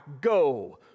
go